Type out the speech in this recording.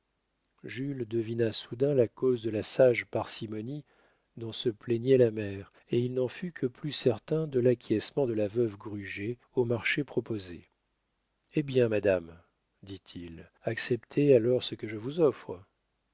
jules devina soudain la cause de la sage parcimonie dont se plaignait la mère et il n'en fut que plus certain de l'acquiescement de la veuve gruget au marché proposé eh bien madame dit-il acceptez alors ce que je vous offre